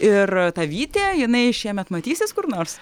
ir ta vytė jinai šiemet matysis kur nors